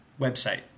website